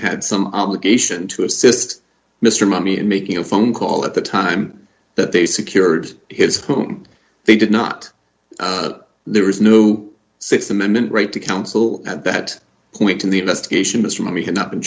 had some obligation to assist mr mommy in making a phone call at the time that they secured his home they did not there was no th amendment right to counsel at that point in the investigation was from he had not been